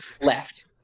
Left